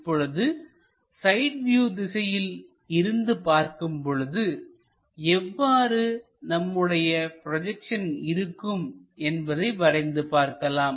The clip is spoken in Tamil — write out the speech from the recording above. இப்பொழுது சைட் வியூ திசையில் இருந்து பார்க்கும் பொழுது எவ்வாறு நம்முடைய ப்ரொஜெக்ஷன் இருக்கும் என்பதை வரைந்து பார்க்கலாம்